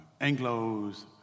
Anglos